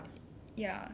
ya